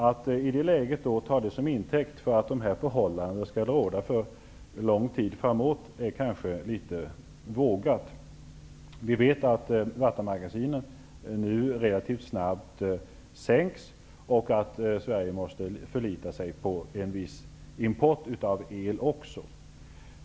Att i det läget ta det som intäkt för att samma förhållanden skall råda under lång tid framöver är kanske litet vågat. Vi vet att nivån i vattenmagasinen sänks relativt snabbt och att Sverige måste förlita sig på en viss import av el.